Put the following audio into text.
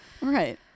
Right